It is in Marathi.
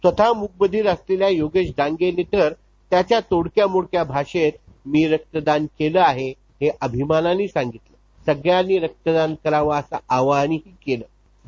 स्वतः मुकबधीर असलेला योगेश डांगे तरत्याच्या तोडक्या मोडक्या भाषेत मी रक्तदान केल हे अभिमानाने सांगत सगळ्यांनीरक्तदान कराव अस आवाहन ही करत होता